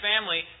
family